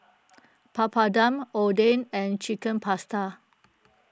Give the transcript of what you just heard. Papadum Oden and Chicken Pasta